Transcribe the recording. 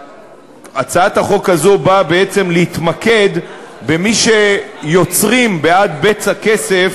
הצעת החוק הזו באה בעצם להתמקד במי שיוצרים בעד בצע כסף